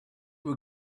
were